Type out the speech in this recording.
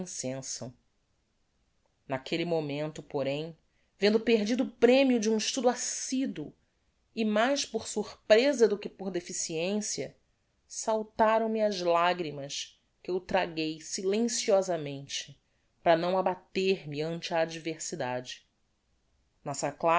incensam naquelle momento porém vendo perdido o premio de um estudo assiduo e mais por sorpreza do que por deficiencia saltaram me as lagrimas que eu traguei silenciosamente para não abater me ante a adversidade nossa